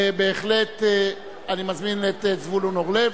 בהחלט, אני מזמין את זבולון אורלב,